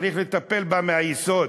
צריך לטפל בה מהיסוד,